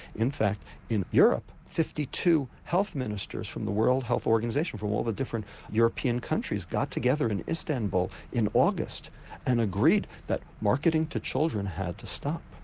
in fact in europe fifty two health ministers from the world health organisation from all the different european countries got together in istanbul in august and agreed that marketing to children had to stop.